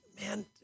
man